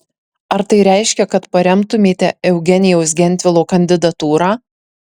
ar tai reiškia kad paremtumėte eugenijaus gentvilo kandidatūrą